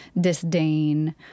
disdain